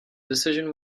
decision